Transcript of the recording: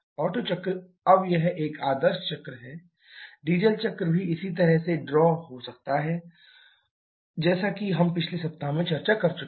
auto चक्र अब यह एक आदर्श चक्र है डीजल चक्र भी इसी तरह से ड्रॉ हो सकता है जैसा कि हम पिछले सप्ताह में चर्चा कर चुके हैं